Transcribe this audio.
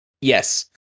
yes